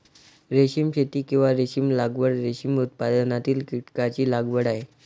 रेशीम शेती, किंवा रेशीम लागवड, रेशीम उत्पादनातील कीटकांची लागवड आहे